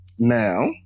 Now